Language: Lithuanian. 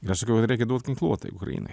ir aš sakiau kad reikia duot ginkluotę ukrainai